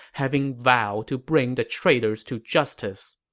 having vowed to bring the traitors to justice.